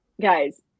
guys